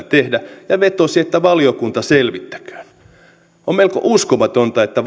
tehdä ja vetosi että valiokunta selvittäköön on melko uskomatonta että